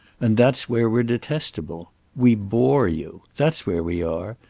and that's where we're detestable. we bore you that's where we are.